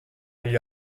gli